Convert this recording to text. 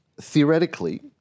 theoretically